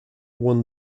won